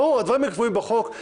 הדברים האלה קבועים בחוק,